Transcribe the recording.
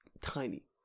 tiny